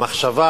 המחשבה